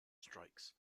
strikes